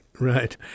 Right